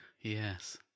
Yes